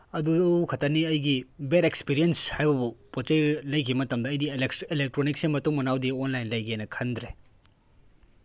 ꯑꯗꯨ ꯈꯛꯇꯅꯤ ꯑꯩꯒꯤ ꯕꯦꯗ ꯑꯦꯛꯁꯄꯔꯤꯔꯦꯟꯁ ꯍꯥꯏꯕꯕꯨ ꯄꯣꯠ ꯆꯩ ꯂꯩꯈꯤꯕ ꯃꯇꯝꯗ ꯑꯩꯗꯤ ꯑꯦꯜꯂꯦꯛꯇ꯭ꯔꯣꯅꯤꯛꯁꯦ ꯃꯇꯨꯡ ꯃꯅꯥꯎꯗꯤ ꯑꯣꯟꯂꯥꯏꯟꯗꯒꯤ ꯂꯩꯒꯦꯅ ꯈꯟꯗ꯭ꯔꯦ